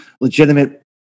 legitimate